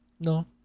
No